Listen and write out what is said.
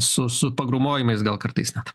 su su pagrūmojimais gal kartais net